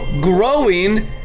growing